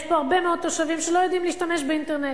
יש פה הרבה מאוד תושבים שלא יודעים להשתמש באינטרנט,